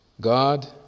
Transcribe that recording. God